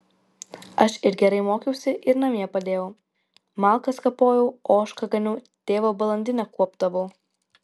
aš ir gerai mokiausi ir namie padėjau malkas kapojau ožką ganiau tėvo balandinę kuopdavau